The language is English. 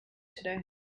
today